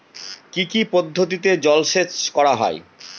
কি কি পদ্ধতিতে জলসেচ করা হয়?